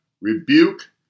rebuke